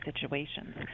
situations